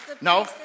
no